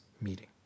meeting